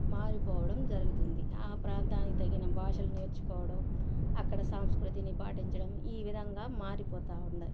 మారిపోవడం జరుగుతుంది ఆ ప్రాంతానికి తగిన భాషలో నేర్చుకోవడం అక్కడ సంస్కృతిని పాటించటం ఈ విధంగా మారిపోతూవున్నది